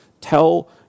tell